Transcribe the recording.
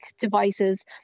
devices